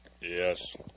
yes